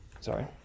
Sorry